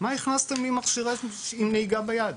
מה הכנסתם לי מכשירי נהיגה ביד?